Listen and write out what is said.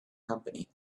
company